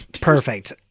Perfect